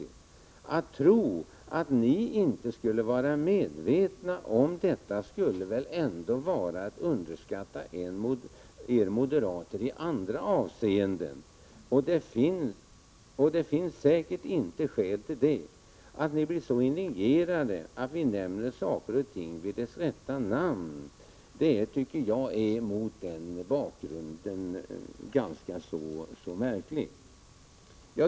Om vi trodde att ni inte var medvetna om detta skulle det innebära att vi underskattade er moderater i andra avseenden. Det finns säkert inte skäl till det. Att ni blir så indignerade när vi nämner saker och ting vid deras rätta namn är mot den bakgrunden ganska märkligt.